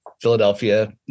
Philadelphia